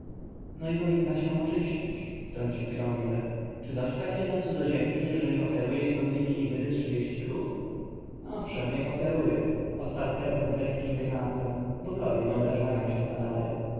i powinna się oczyścić wtrącił książę czy dość będzie dla cudzoziemki jeżeli ofiaruje świątyni izydy trzydzieści krów owszem niech ofiaruje odparł herhor z lekkim grymasem bogowie nie obrażają się za dary